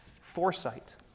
foresight